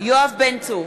יואב בן צור,